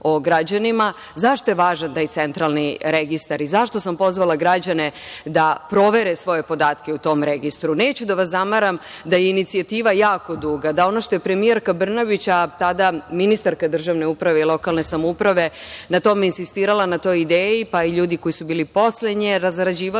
o građanima. Zašto je važan taj Centralni registar i zašto sam pozvala građane da provere svoje podatke u tom registru? Neću da vas zamaram da je inicijativa jako duga, da je ono što je premijerka Brnabić, a tada ministarka državne uprave i lokalne samouprave na tome insistirala, na toj ideji pa i ljudi koji su bili posle nje razrađivali